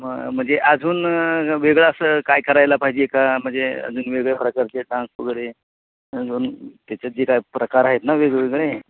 मग म्हणजे अजून वेगळं असं काय करायला पाहिजे का म्हणजे अजून वेगळ्या प्रकारचे डान्स वगैरे त्याच्यात जे काय प्रकार आहेत ना वेगवेगळे